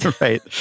Right